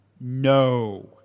No